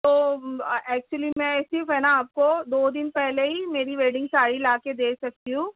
تو ایکچولی میں صرف ہے نا آپ کو دو دِن پہلے ہی میری ویڈنگ ساڑی لا کے دے سکتی ہوں